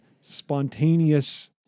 spontaneous